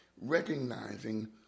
recognizing